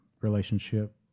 relationship